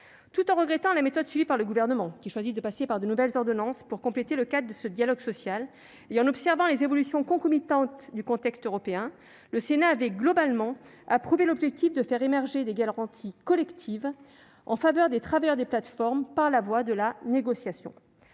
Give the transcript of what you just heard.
Tout en regrettant la méthode suivie par le Gouvernement, qui choisit de passer par une nouvelle ordonnance pour compléter le cadre de ce dialogue social, et en observant les évolutions concomitantes du contexte européen, le Sénat avait globalement approuvé l'objectif de faire émerger des garanties collectives en faveur des travailleurs des plateformes par la voie de la négociation.